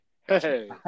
Hey